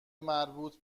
مربوط